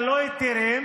אני לא פונה אליו,